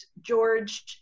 George